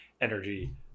energy